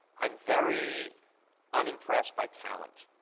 i'm very unimpressed by talent.